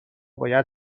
باید